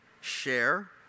share